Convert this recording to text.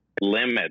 limit